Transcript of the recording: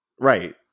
Right